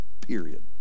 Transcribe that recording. period